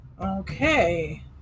Okay